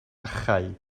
achau